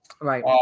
Right